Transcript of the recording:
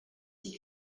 die